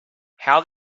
how